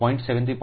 7 થી 0